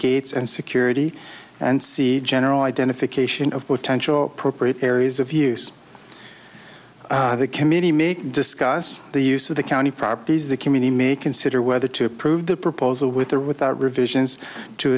gates and security and see general identification of potential appropriate areas of use committee make discuss the use of the county properties the community may consider whether to approve the proposal with or without revisions to